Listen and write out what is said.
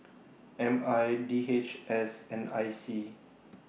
M I D H S and I C